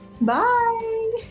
Bye